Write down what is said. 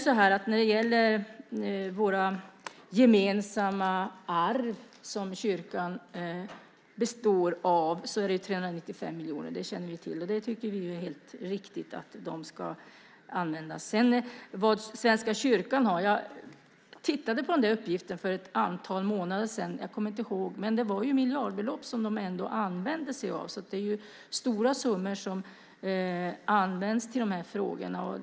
När det gäller våra gemensamma arv som kyrkan består av är det 395 miljoner. Det känner vi till, och vi tycker det är helt riktigt att de ska användas. När det gäller vad Svenska kyrkan har tittade jag på den uppgiften för ett antal månader sedan. Jag kommer inte ihåg, men det var ju miljardbelopp som de ändå använde sig av. Så det är stora summor som används till de här frågorna.